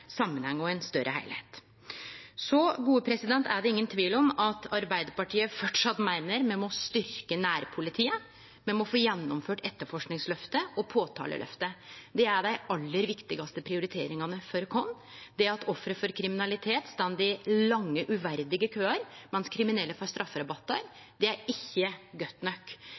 samanheng og ein større heilskap. Så er det ingen tvil om at Arbeidarpartiet framleis meiner at me må styrkje nærpolitiet, me må få gjennomført etterforskingsløftet og påtaleløftet. Det er dei aller viktigaste prioriteringane for oss. Det at offer for kriminalitet står i lange, uverdige køar, mens kriminelle får strafferabattar, det er ikkje godt nok.